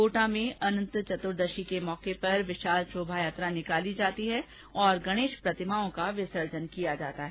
कोटा में अनंत चतुर्दशी के अवसर पर विशाल शोभायात्रा निकालकर गणेश प्रतिमाओं का विसर्जन किया जाता है